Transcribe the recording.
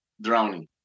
drowning